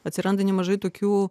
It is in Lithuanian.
atsiranda nemažai tokių